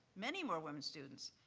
many more women students.